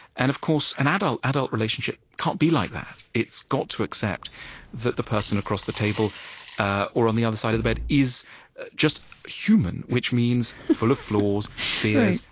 and of course, an adult adult relationship can't be like that. it's got to accept that the person across the table ah or on the other side of the bed is just human, which means full of flaws, fears,